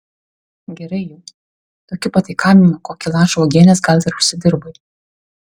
gerai jau tokiu pataikavimu kokį lašą uogienės gal ir užsidirbai